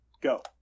Go